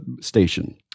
station